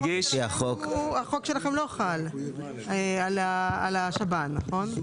החוק שלכם לא חל על השב"ן נכון?